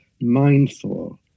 mindful